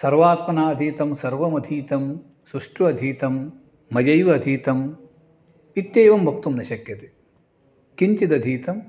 सर्वात्मना अधीतं सर्वमधीतं सुष्ठुः अधीतं मयैव अधीतम् इत्येवं वक्तुं न शक्यते किञ्चिदधीतं